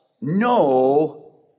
no